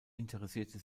interessierte